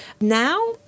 Now